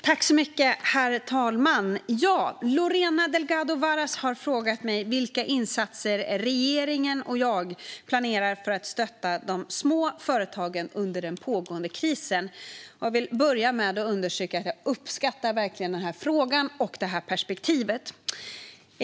Herr talman! Lorena Delgado Varas har frågat mig vilka insatser regeringen och jag planerar för att stötta de små företagen under den pågående krisen. Jag vill börja med att understryka att jag uppskattar den här frågan och det här perspektivet.